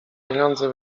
pieniądze